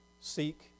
Seek